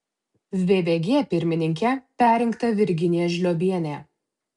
vvg pirmininke perrinkta virginija žliobienė